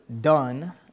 done